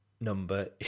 number